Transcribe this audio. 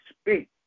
speak